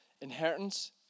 Inheritance